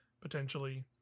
potentially